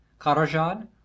Karajan